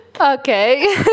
Okay